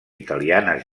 italianes